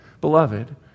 beloved